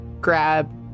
grab